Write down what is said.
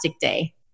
day